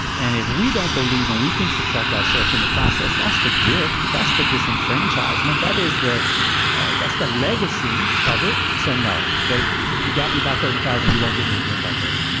and if we don't believe and we can subtract ourselves on the process, that's the gift. that's the disenfranchisement. that is the that's the legacy of it. so now that you got me by thirty thousand, you won't give me again by thirty